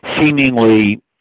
seemingly